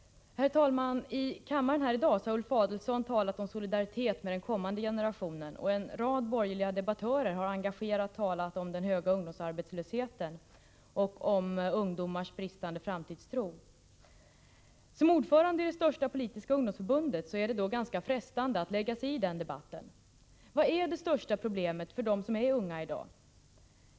Herr talman! I kammaren här i dag har Ulf Adelsohn talat om solidaritet med den kommande generationen, och en rad borgerliga debattörer har engagerat talat om den höga ungdomsarbetslösheten och ungdomars bristande framtidstro. Som ordförande i det största politiska ungdomsförbundet är det ganska frestande för mig att lägga mig i den debatten. Vad är det största problemet för dem som är unga i dag?